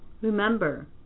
Remember